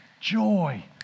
joy